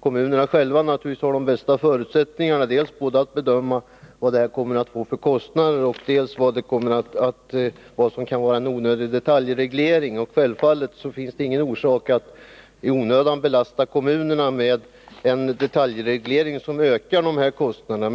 kommunerna själva har de bästa förutsättningarna att bedöma dels vad en ändring kommer att medföra för kostnader, dels vad som kan vara en onödig detaljreglering. Självfallet finns det ingen orsak att i onödan belasta kommunerna med detaljregleringar som ökar kostnaderna.